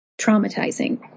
traumatizing